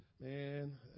man